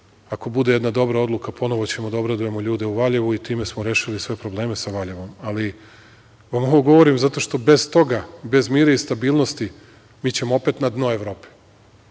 ako bude jedna dobra odluka, ponovo ćemo da obradujemo ljude u Valjevu i time smo rešili sve probleme sa Valjevom, ali vam ovo govorim zato što bez toga, bez mira i stabilnosti, mi ćemo opet na dno Evrope,